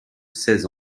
seize